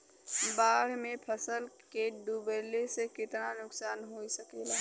बाढ़ मे फसल के डुबले से कितना नुकसान हो सकेला?